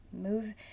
Move